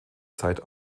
zeit